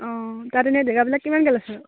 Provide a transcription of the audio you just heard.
অঁ তাত এনে জেগাবিলাক কিমানকৈ